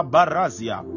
Barazia